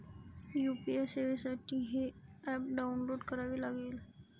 UPI सेवेसाठी हे app download करावे लागेल